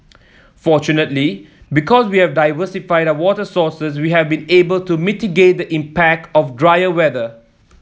fortunately because we have diversified our water sources we have been able to mitigate the impact of drier weather